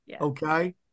okay